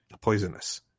Poisonous